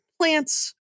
plants